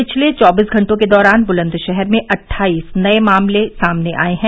पिछले चौबीस घंटों के दौरान बुलन्दशहर में अट्ठाईस नए मामले सामने आए हैं